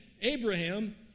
Abraham